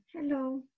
Hello